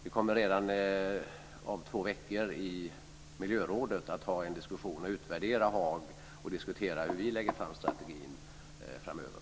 Vi kommer redan om två veckor i miljörådet att ha en diskussion där vi utvärderar Haag och diskuterar hur vi lägger upp strategin framöver.